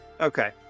Okay